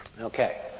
Okay